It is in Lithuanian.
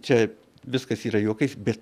čia viskas yra juokais bet